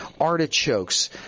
Artichokes